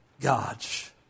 God's